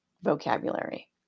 vocabulary